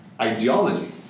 ideology